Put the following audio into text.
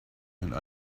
and